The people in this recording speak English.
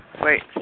Wait